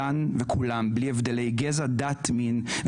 חוקים אנטי-להט"בים.